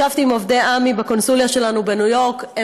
ישבתי עם עובדי עמ"י בקונסוליה שלנו בניו יורק,